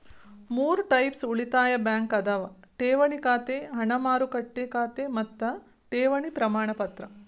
ಮೂರ್ ಟೈಪ್ಸ್ ಉಳಿತಾಯ ಬ್ಯಾಂಕ್ ಅದಾವ ಠೇವಣಿ ಖಾತೆ ಹಣ ಮಾರುಕಟ್ಟೆ ಖಾತೆ ಮತ್ತ ಠೇವಣಿ ಪ್ರಮಾಣಪತ್ರ